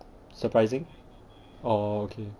surprising oh okay